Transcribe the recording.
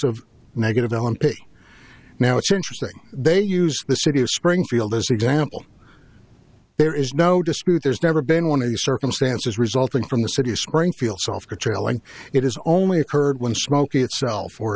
of negative on pay now it's interesting they use the city of springfield as an example there is no dispute there's never been one of these circumstances resulting from the city of springfield softer trailing it is only occurred when smokey itself or